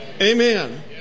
Amen